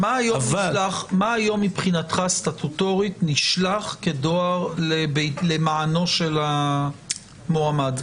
מה היום מבחינתך סטטוטורית נשלח בדואר למענו של המועמד?